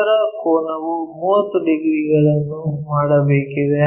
ಇತರ ಕೋನವು 30 ಡಿಗ್ರಿಗಳನ್ನು ಮಾಡಬೇಕಿದೆ